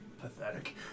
Pathetic